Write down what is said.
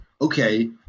okay